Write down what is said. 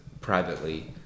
privately